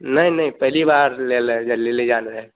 नहीं नहीं पहली बार ले ले जाना है